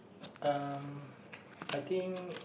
um I think